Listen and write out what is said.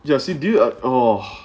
you you do at all